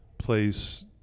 place